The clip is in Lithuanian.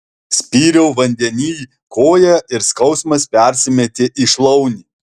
spyriau vandenyj koja ir skausmas persimetė į šlaunį